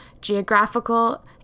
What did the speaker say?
Geographical